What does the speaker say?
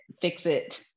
fix-it